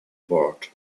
board